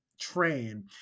train